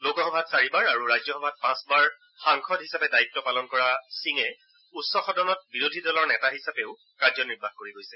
লোকসভাত চাৰিবাৰ আৰু ৰাজ্যসভাত পাঁচবাৰ সাংসদ হিচাপে দায়িত্ব পালন কৰা সিঙে উচ্চ সদনত বিৰোধী দলৰ নেতা হিচাপেও কাৰ্যনিৰ্বাহ কৰি গৈছে